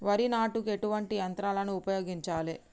వరి నాటుకు ఎటువంటి యంత్రాలను ఉపయోగించాలే?